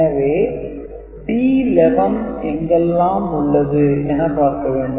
எனவே D11 எங்கெல்லாம் உள்ளது என பார்க்க வேண்டும்